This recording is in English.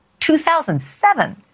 2007